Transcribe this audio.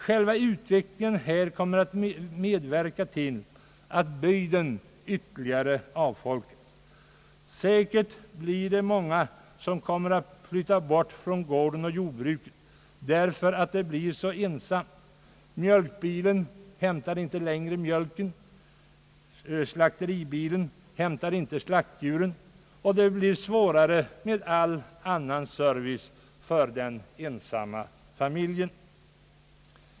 Själva utvecklingen kommer att medverka till att bygden ytterligare avfolkas. Säkert kommer många att flytta bort från gården och jordbruket därför att det blir så ensamt. Mjölkbilen hämtar inte längre mjölken, slakteribilen hämtar inte slaktdjuren, och det blir svårare med all annan service för den ensamma familjen.